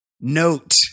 note